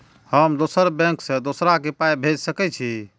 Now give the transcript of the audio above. हम दोसर बैंक से दोसरा के पाय भेज सके छी?